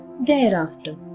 thereafter